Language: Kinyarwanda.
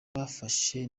bafashe